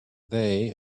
they